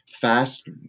fast